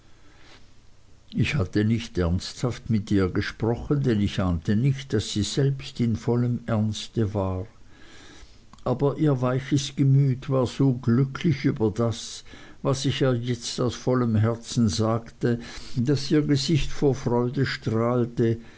ich hatte nicht ernsthaft mit ihr gesprochen denn ich ahnte nicht daß sie selbst in vollem ernste war aber ihr weiches gemüt war so glücklich über das was ich ihr jetzt aus vollem herzen sagte daß ihr gesicht vor freude strahlte